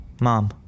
Mom